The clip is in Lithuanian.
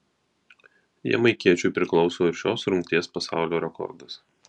jamaikiečiui priklauso ir šios rungties pasaulio rekordas